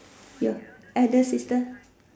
you other sister